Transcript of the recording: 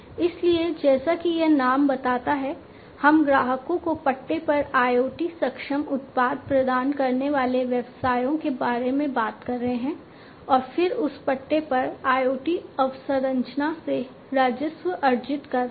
इसलिए जैसा कि यह नाम बताता है हम ग्राहकों को पट्टे पर IoT सक्षम उत्पाद प्रदान करने वाले व्यवसायों के बारे में बात कर रहे हैं और फिर उस पट्टे पर IoT अवसंरचना से राजस्व अर्जित कर रहे हैं